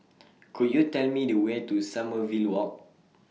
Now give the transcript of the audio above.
Could YOU Tell Me The Way to Sommerville Walk